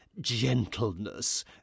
gentleness